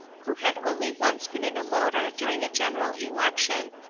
who had only once been in a motor during a general election,